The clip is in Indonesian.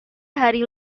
hari